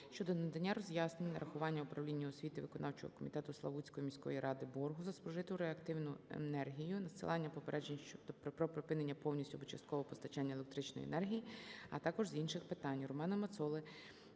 щодо надання роз'яснень нарахування Управлінню освіти виконавчого комітету Славутської міської ради боргу за спожиту реактивну енергію, надсилання попереджень про припинення повністю або частково постачання електричної енергії, а також з інших питань. Романа Мацоли